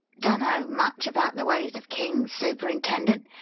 dunno much about the ways of kings, superintendent,